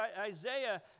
Isaiah